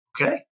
okay